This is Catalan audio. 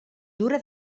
dura